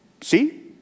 see